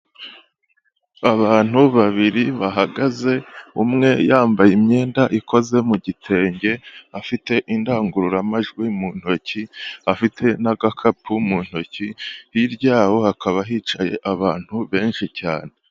Abantu babiri bahagaze, umwe yambaye imyenda ikoze mu gitenge, afite indangururamajwi mu ntoki, afite n'agakapu mu ntoki, hirya yabo hakaba hicaye abantu benshi cyane.